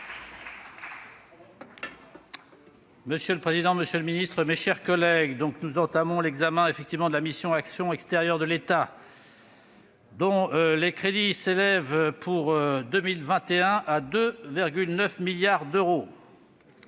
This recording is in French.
Monsieur le président, monsieur le ministre, mes chers collègues, nous entamons l'examen de la mission « Action extérieure de l'État », dont les crédits s'élèvent à 2,9 milliards d'euros